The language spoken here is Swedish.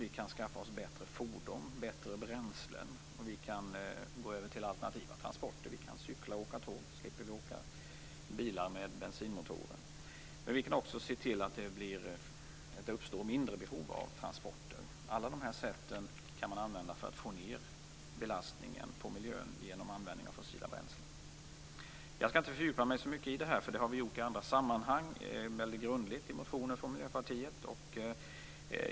Vi kan skaffa oss bättre fordon och bättre bränslen. Vi kan gå över till alternativa transporter. Om vi cyklar och åker tåg, slipper vi att åka i bilar med bensinmotorer. Vi kan också se till att det uppstår mindre behov av transporter. Alla de här sätten kan användas för att minska belastningen på miljön, genom användning av fossila bränslen. Jag skall inte fördjupa mig så mycket i detta, för det har vi gjort i andra sammanhang. Vi har gjort det väldigt grundligt i våra motioner från Miljöpartiet.